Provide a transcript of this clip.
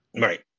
right